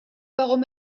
warum